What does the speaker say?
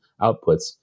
outputs